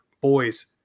Boys